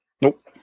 Nope